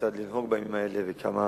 כיצד לנהוג בימים האלה וכמה